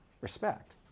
respect